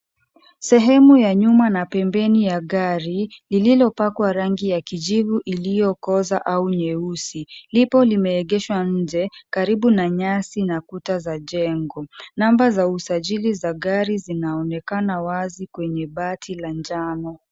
Sehemu ya nyuma na pembeni ya gari, lililopakwa rangi ya kijivu iliyokoza au nyeusi, lipo limeegeshwa nje karibu na nyasi na kuta za jengo. Namba za usajili za gari zinaonekana wazi kwenye bati la njano.